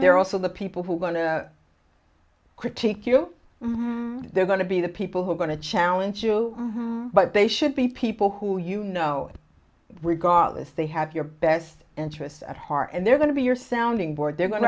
are also the people who are going to critique you mom they're going to be the people who are going to challenge you but they should be people who you know regardless they have your best interests at heart and they're going to be your sounding board they're going